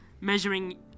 measuring